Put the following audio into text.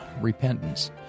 repentance